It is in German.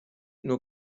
nur